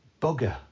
bugger